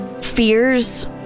fears